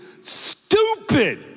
stupid